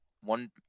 one